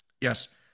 Yes